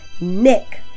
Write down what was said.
Nick